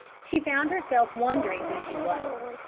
she found herself wondering who she was.